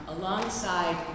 alongside